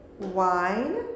wine